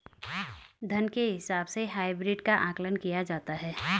धन के हिसाब से हाइब्रिड का आकलन किया जाता है